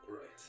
Right